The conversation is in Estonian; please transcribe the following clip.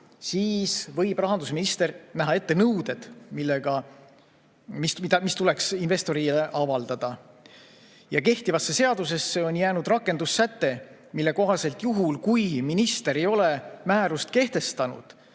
siis võib rahandusminister näha ette nõuded, mis tuleks investorile avaldada. Kehtivasse seadusesse on jäänud rakendussäte, mille kohaselt juhul, kui minister ei ole määrust kehtestanud,